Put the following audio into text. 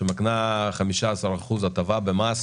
שמקנה 15% הטבה במס